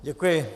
Děkuji.